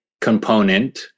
component